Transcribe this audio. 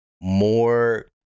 more